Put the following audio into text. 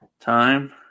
time